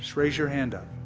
raise your hand up.